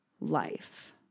life